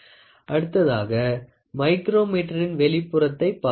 அடுத்ததாக மைக்ரோமீட்டரின் வெளிப்புறத்தை பார்ப்போம்